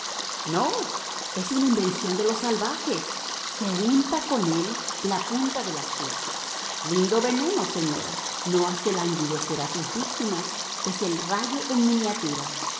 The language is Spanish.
no es una invención de los salvajes se unta con él la punta de las flechas lindo veneno señora no hace languidecer a sus víctimas es el rayo en miniatura